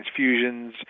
transfusions